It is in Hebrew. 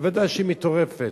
ודאי שהיא מטורפת.